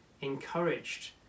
encouraged